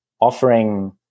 offering